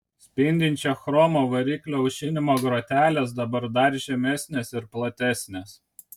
spindinčio chromo variklio aušinimo grotelės dabar dar žemesnės ir platesnės